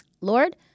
Lord